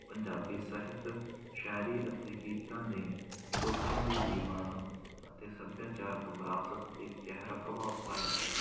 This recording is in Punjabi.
ਪੰਜਾਬੀ ਸਾਹਿਤ ਸ਼ਾਇਰੀ ਅਤੇ ਗੀਤਾਂ ਨੇ ਲੋਕਾਂ ਦੇ ਜੀਵਨ ਅਤੇ ਸੱਭਿਆਚਾਰਕ ਵਿਰਾਸਤ 'ਤੇ ਗਹਿਰਾ ਪ੍ਰਭਾਵ ਪਾਇਆ ਹੈ